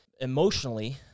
emotionally